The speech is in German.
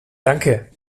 danke